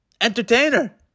entertainer